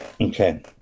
Okay